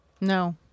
No